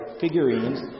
figurines